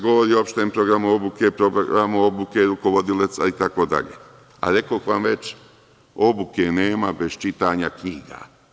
Govori se o opštem programu obuke, programu obuke rukovodilaca itd. a rekoh vam već, obuke nema bez čitanja knjiga.